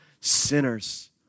sinners